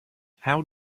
how